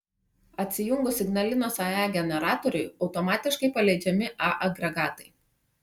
atsijungus ignalinos ae generatoriui automatiškai paleidžiami a agregatai